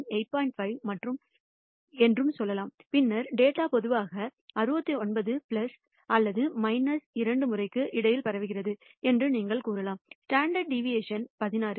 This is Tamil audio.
5 என்றும் சொல்லலாம் பின்னர் டேட்டா பொதுவாக 69 அல்லது 2 முறைக்கு இடையில் பரவுகிறது என்று நீங்கள் கூறலாம் ஸ்டாண்டர்ட் டிவியேஷன் 16